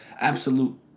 Absolute